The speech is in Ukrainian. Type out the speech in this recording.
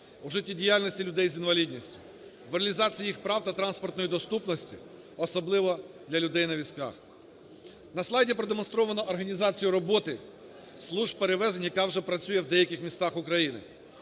у життєдіяльності людей з інвалідністю, у реалізації їх прав та транспортної доступності, особливо для людей на візках. На слайді продемонстровано організацію роботи служб перевезень, яка вже працює в деяких містах України,